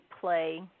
play